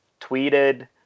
tweeted